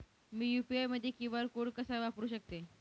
मी UPI मध्ये QR code कसा वापरु शकते?